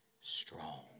strong